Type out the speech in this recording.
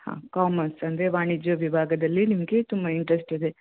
ಹಾಂ ಕಾಮರ್ಸ್ ಅಂದರೆ ವಾಣಿಜ್ಯ ವಿಭಾಗದಲ್ಲಿ ನಿಮಗೆ ತುಂಬ ಇಂಟ್ರೆಸ್ಟ್ ಇದೆ